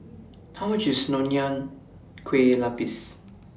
How much IS Nonya Kueh Lapis